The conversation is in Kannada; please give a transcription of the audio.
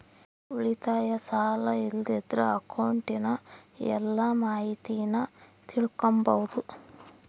ಉಳಿತಾಯ, ಸಾಲ ಇಲ್ಲಂದ್ರ ಅಕೌಂಟ್ನ ಎಲ್ಲ ಮಾಹಿತೀನ ತಿಳಿಕಂಬಾದು